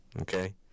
okay